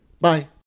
bye